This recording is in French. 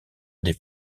des